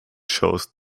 shows